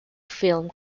film